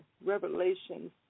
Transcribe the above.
Revelation